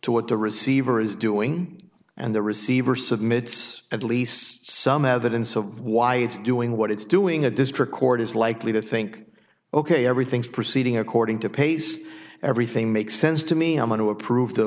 what the receiver is doing and the receiver submits at least some evidence of why it's doing what it's doing a district court is likely to think ok everything's proceeding according to pace everything makes sense to me i'm going to approve the